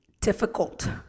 difficult